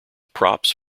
props